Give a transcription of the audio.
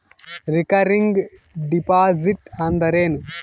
Recurring deposit ಅಂದರೇನು?